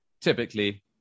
typically